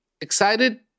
Excited